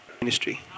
Ministry